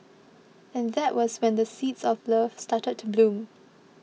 and that was when the seeds of love started to bloom